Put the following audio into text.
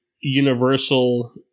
universal